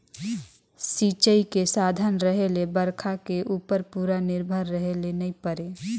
सिंचई के साधन रहें ले बइरखा के उप्पर पूरा निरभर रहे ले नई परे